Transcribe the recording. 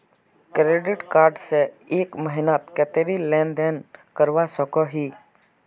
Credit card से एक महीनात कतेरी लेन देन करवा सकोहो ही?